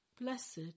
Blessed